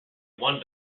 one